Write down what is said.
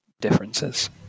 differences